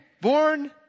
born